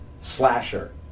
slasher